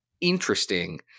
interesting